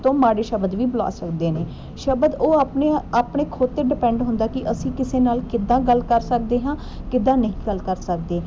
ਤੋ ਮਾੜੇ ਸ਼ਬਦ ਵੀ ਬੁਲਾ ਸਕਦੇ ਨੇ ਸ਼ਬਦ ਉਹ ਆਪਣੇ ਆਪਣੇ ਖੁਦ 'ਤੇ ਡਿਪੈਂਡ ਹੁੰਦਾ ਕਿ ਅਸੀਂ ਕਿਸੇ ਨਾਲ ਕਿੱਦਾਂ ਗੱਲ ਕਰ ਸਕਦੇ ਹਾਂ ਕਿੱਦਾਂ ਨਹੀਂ ਗੱਲ ਕਰ ਸਕਦੇ